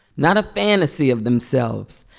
not a fantasy of themselves,